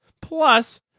Plus